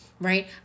Right